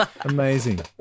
Amazing